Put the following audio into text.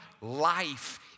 life